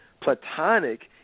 Platonic